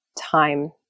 time